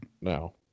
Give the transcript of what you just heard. No